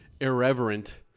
irreverent